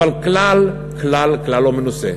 אבל כלל, כלל, כלל לא מנוסה.